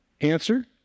Answer